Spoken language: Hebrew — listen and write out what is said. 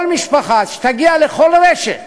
כל משפחה שתגיע לכל רשת,